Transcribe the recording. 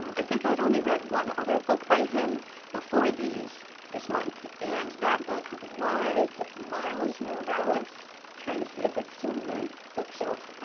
um i think i had only read one other book by him before these this month, and that book was miles morales. trying to see if it's still on my bookshelf.